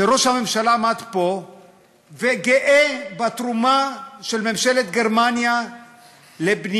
ראש הממשלה עמד פה והתגאה בתרומה של ממשלת גרמניה לבניית